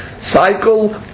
Cycle